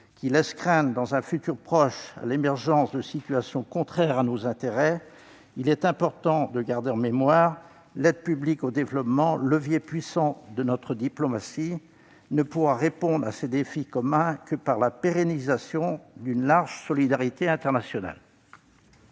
qui laissent craindre, dans un futur proche, l'émergence de situations contraires à nos intérêts. Il est important de garder en mémoire que l'aide publique au développement, levier puissant de notre diplomatie, ne pourra répondre à ces défis communs que par la pérennisation d'une large solidarité internationale.